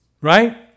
right